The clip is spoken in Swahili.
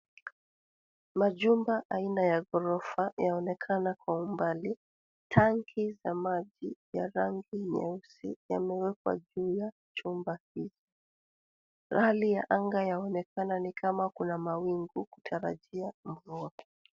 Majumba aina ya ghorofa yaonekana kwa umbali. Tanki za maji ya rangi nyeusi, yamewekwa juu ya chumba hii. Hali ya anga yaonekana ni kama kuna mawingu kutarajia mvua.